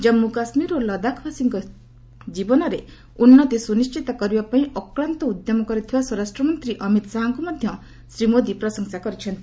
ଜାମ୍ପୁ କାଶ୍ମୀର ଓ ଲଦାଖ ବାସୀଙ୍କ ଜୀବନରେ ଉନ୍ନତି ସୁନିଶ୍ଚିତ କରିବା ପାଇଁ ଅକ୍ଲାନ୍ତ ଉଦ୍ୟମ କରିଥିବା ସ୍ୱରାଷ୍ଟ୍ରମନ୍ତ୍ରୀ ଅମିତ ଶାହାଙ୍କୁ ମଧ୍ୟ ଶ୍ରୀ ମୋଦୀ ପ୍ରଶଂସା କରିଛନ୍ତି